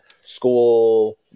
school